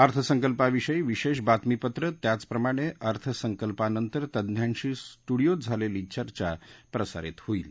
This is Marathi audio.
अर्थसंकल्पाविषयी विशेष बातमीपत्रं त्याचप्रमाणे अर्थसंकल्पानंतर तज्ज्ञांशी स्टुडीओत झालेली चर्चा प्रसारित होईल